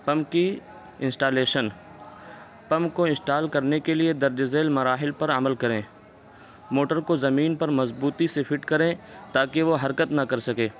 pump کی installation pump کو install کرنے کے لیے درج ذیل مراحل پر عمل کریں موٹر کو زمین پر مضبوطی سے فٹ کریں تاکہ وہ حرکت نہ کر سکے